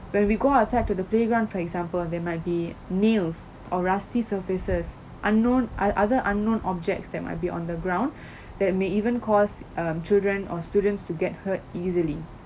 when we go outside to the playground for example they might be nails or rusty surfaces unknown other unknown objects that might be on the ground that may even cause um children or students to get hurt easily